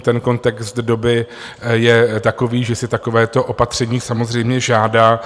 Ten kontext doby je takový, že si takovéto opatření samozřejmě žádá.